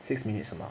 six minutes 什么